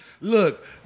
Look